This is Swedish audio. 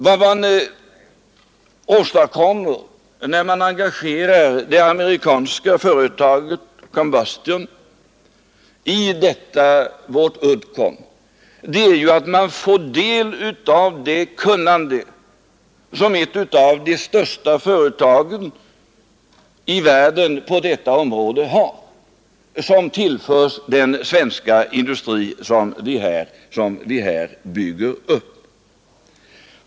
Vad man åstadkommer, när man engagerar det amerikanska företaget Combustion i detta vårt Uddcomb, är ju att man får del av det kunnande som ett av de största företagen i världen på detta område har, vilket tillförs den svenska industri som vi här bygger upp.